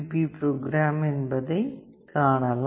cpp program என்பதைக் காணலாம்